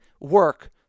work